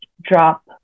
drop